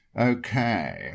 Okay